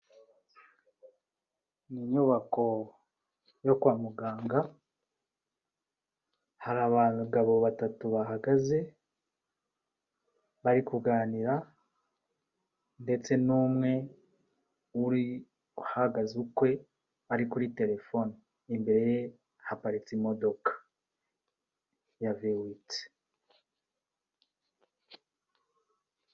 Ni inyubako yo kwa muganga, hari abagabo batatu bahagaze bari kuganira ndetse n'umwe uri uhagaze ukwe ari kuri telefone, imbere ye haparitse imodoka ya vewiti.